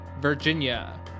Virginia